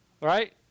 right